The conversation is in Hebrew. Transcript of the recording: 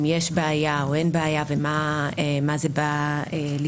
יש בעיה או אין בעיה ומה זה בא לפתור,